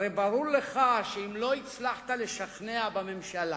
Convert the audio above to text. הרי ברור לך שאם לא הצלחת לשכנע בממשלה,